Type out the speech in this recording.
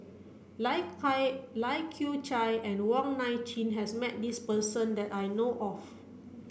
Lai Lai Kew Chai and Wong Nai Chin has met this person that I know of